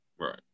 Right